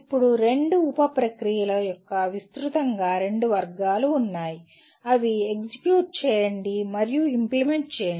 ఇప్పుడు రెండు ఉప ప్రక్రియల యొక్క విస్తృతంగా రెండు వర్గాలు ఉన్నాయి అవి ఎగ్జిక్యూట్ చేయండి మరియు ఇంప్లిమెంట్ చేయండి